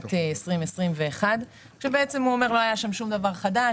בשנת 2021. הוא אמר שלא היה שם שום דבר חדש,